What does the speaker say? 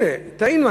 הנה, טעינו.